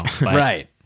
Right